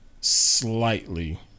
slightly